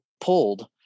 pulled